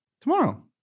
tomorrow